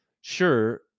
Sure